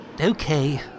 Okay